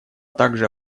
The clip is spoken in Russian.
также